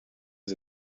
was